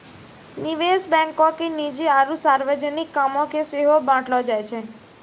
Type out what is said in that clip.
निवेश बैंको के निजी आरु सार्वजनिक कामो के सेहो बांटलो जाय छै